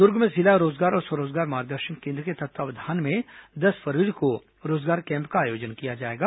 द्र्ग में जिला रोजगार और स्व रोजगार मार्गदर्शन केन्द्र के तत्वावधान में दस फरवरी को रोजगार कैम्प का आयोजन किया जाएगा